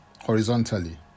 horizontally